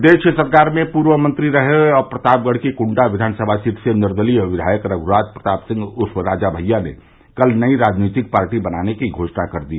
प्रदेश सरकार में पूर्व मंत्री रहे और प्रतापगढ़ की कुंडा कियानसभा सीट से निर्दलीय विधायक रघुराज प्रताप सिंह उर्फ राजा भइया ने कल नई राजनैतिक पार्टी बनाने की घोषणा कर दी